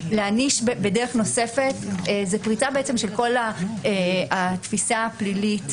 להעניש בדרך נוספת זה פריצה של כל התפיסה הפלילית,